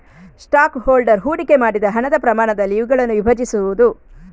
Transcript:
stock holder ಹೂಡಿಕೆ ಮಾಡಿದ ಹಣದ ಪ್ರಮಾಣದಲ್ಲಿ ಇವುಗಳನ್ನು ವಿಭಜಿಸುವುದು